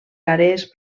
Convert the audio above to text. àrees